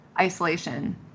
isolation